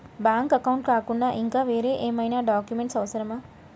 Bank account కాకుండా ఇంకా వేరే ఏమైనా డాక్యుమెంట్స్ అవసరమా?